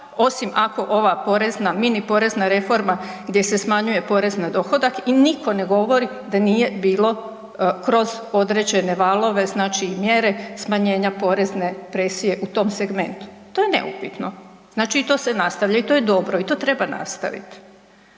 osim ako ova porezna mini porezna reforma gdje se smanjuje porez na dohodak i nitko ne govori da nije bilo kroz određene valove znači i mjere smanjenja porezne presije u tom segmentu. To je neupitno. Znači i to se nastavlja i to je dobro i to treba nastaviti.